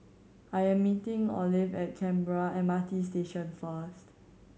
I am meeting Olive at Canberra M R T Station first